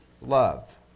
Love